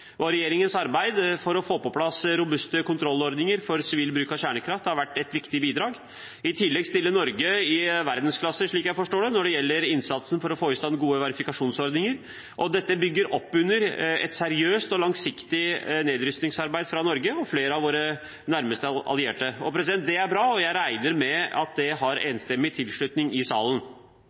Regjeringens arbeid for å få på plass robuste kontrollordninger for sivil bruk av kjernekraft har vært et viktig bidrag. I tillegg stiller Norge i verdensklasse, slik jeg forstår det, når det gjelder innsatsen for å få i stand gode verifikasjonsordninger, og dette bygger opp under et seriøst og langsiktig nedrustningsarbeid fra Norge og flere av våre nærmeste allierte. Det er bra. Jeg regner med at det har enstemmig tilslutning i salen.